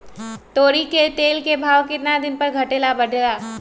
तोरी के तेल के भाव केतना दिन पर घटे ला बढ़े ला?